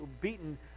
beaten